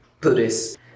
Buddhist